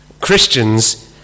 Christians